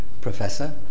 Professor